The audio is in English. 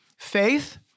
faith